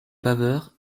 paveurs